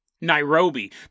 Nairobi